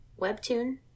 Webtoon